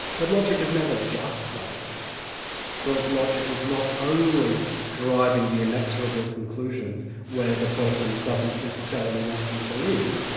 but logic is never just like that because logic is not only driving the inexorable conclusions where the person doesn't necessarily want them to lead,